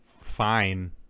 fine